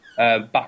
Back